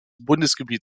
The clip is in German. bundesgebiet